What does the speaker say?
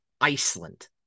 Iceland